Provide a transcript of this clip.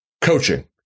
coaching